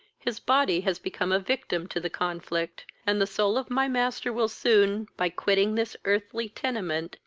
his body has become a victim to the conflict, and the soul of my master will soon, by quitting this earthly tenement,